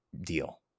deal